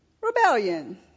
Rebellion